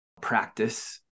practice